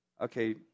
Okay